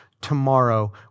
tomorrow